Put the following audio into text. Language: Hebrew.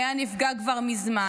היה נפגע כבר מזמן.